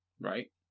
right